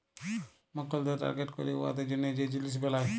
মক্কেলদের টার্গেট ক্যইরে উয়াদের জ্যনহে যে জিলিস বেলায়